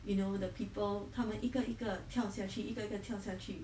you know the people 他们一个一个跳下去一个一个跳下去